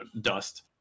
dust